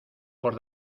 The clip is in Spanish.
por